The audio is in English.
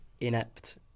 inept